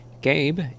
gabe